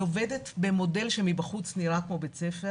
היא עובדת במודל שמבחוץ נראה כמו בית ספר